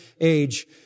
age